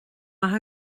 maith